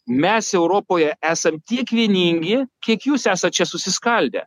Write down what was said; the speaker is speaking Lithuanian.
mes europoje esam tiek vieningi kiek jūs esat čia susiskaldę